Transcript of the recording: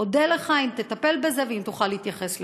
אודה לך אם תטפל בזה ואם תוכל להתייחס לזה.